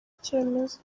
icyemezo